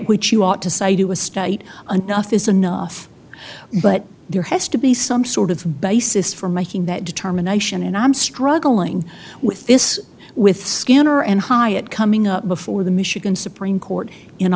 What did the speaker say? which you ought to say to a state an office enough but there has to be some sort of basis for making that determination and i'm struggling with this with skinner and hyatt coming up before the michigan supreme court in